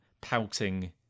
pouting